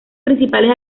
principales